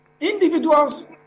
individuals